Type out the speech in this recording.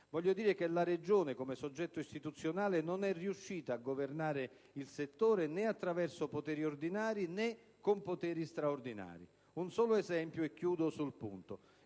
voglio dire che la Regione come soggetto istituzionale non è riuscita a governare il settore né attraverso poteri ordinari né con poteri straordinari. Cito un solo esempio: il